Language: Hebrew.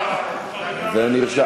אני אעשה אפילו,